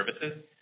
Services